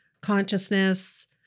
consciousness